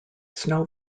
snow